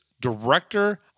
Director